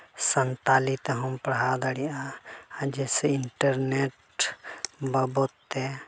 ᱥᱟᱱᱛᱟᱲᱤ ᱛᱮᱦᱚᱸᱢ ᱯᱟᱲᱦᱟᱣ ᱫᱟᱲᱮᱭᱟᱜᱼᱟ ᱡᱮᱭᱥᱮ ᱤᱱᱴᱟᱨᱱᱮᱴ ᱵᱟᱵᱚᱫ ᱛᱮ